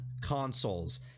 consoles